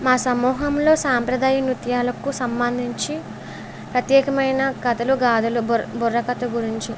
మా సమూహంలో సాంప్రదాయ నృత్యాలకు సంబంధించి ప్రత్యేకమైన కథలు గాధలు బుర్ బుర్రకథ గురించి